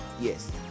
Yes